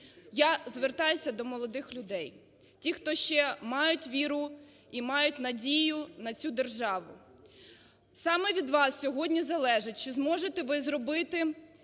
Я звертаюся до молодих людей, ті, хто ще мають віру і мають надію на цю державу. Саме від вас сьогодні залежить, чи зможете ви зробити